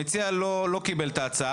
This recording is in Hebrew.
המציע לא קיבל את ההצעה.